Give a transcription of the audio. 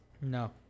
No